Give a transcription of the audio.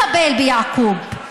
היא לא אפשרה לטפל ביעקוב.